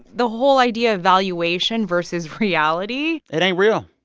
the whole idea of valuation versus reality it ain't real.